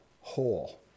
whole